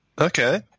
Okay